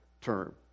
term